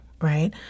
Right